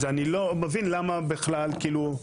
אז אני לא מבין למה בכלל כאילו,